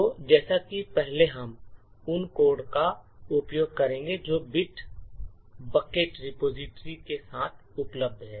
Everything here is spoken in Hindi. तो जैसा कि पहले हम उन कोड का उपयोग करेंगे जो बिट बकेट रिपॉजिटरी के साथ उपलब्ध हैं